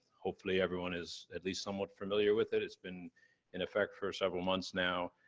hopefully everyone is at least somewhat familiar with it? it's been in affect for several months, now.